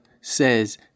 says